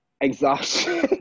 exhaustion